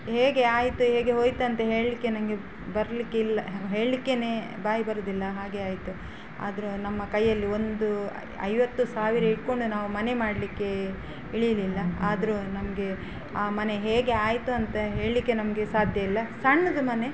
ಹೇಗೆ ಆಯಿತು ಹೇಗೆ ಹೋಯಿತಂತ ಹೇಳಲಿಕ್ಕೆ ನನ್ಗೆ ಬರಲಿಕ್ಕಿಲ್ಲ ಹೇಳ್ಳಿಕ್ಕೆನೇ ಬಾಯಿ ಬರೋದಿಲ್ಲ ಹಾಗೆ ಆಯಿತು ಆದರು ನಮ್ಮ ಕೈಯಲ್ಲಿ ಒಂದು ಐವತ್ತು ಸಾವಿರ ಇಟ್ಟುಕೊಂಡು ನಾವು ಮನೆ ಮಾಡಲಿಕ್ಕೆ ಇಳಿಲಿಲ್ಲ ಆದರು ನಮಗೆ ಆ ಮನೆ ಹೇಗೆ ಆಯಿತು ಅಂತ ಹೇಳಲಿಕೆ ನಮಗೆ ಸಾಧ್ಯ ಇಲ್ಲ ಸಣ್ಣದು ಮನೆ